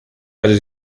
werdet